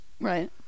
right